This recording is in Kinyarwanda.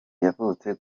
yavutse